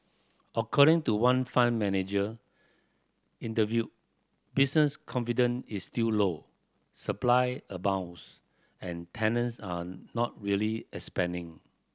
according to one fund manager interviewed business confident is still low supply abounds and tenants are not really expanding